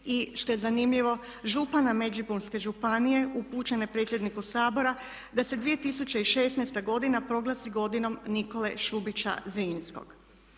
i što je zanimljivo župana Međimurske županije upućene predsjedniku Sabora da se 2016. godina proglasi godinom Nikole Šubića Zrinskog.